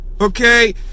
okay